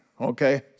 okay